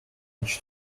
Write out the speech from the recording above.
each